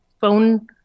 phone